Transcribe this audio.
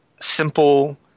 simple